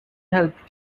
helped